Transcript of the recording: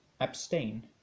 abstain